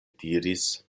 diris